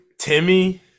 Timmy